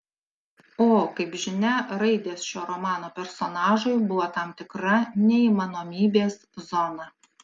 o kaip žinia raidės šio romano personažui buvo tam tikra neįmanomybės zona